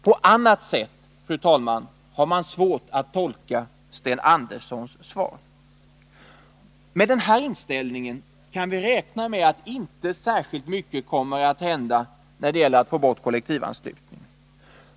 På annat sätt, fru talman, har man svårt att tolka Sten Anderssons svar. Med den inställningen frågor kan vi inte räkna med att särskilt mycket kommer att hända när det gäller att få bort kollektivanslutningen.